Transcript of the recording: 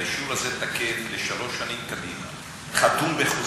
והאישור הזה תקף לשלוש שנים קדימה, חתום בחוזה.